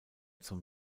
zum